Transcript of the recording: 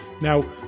Now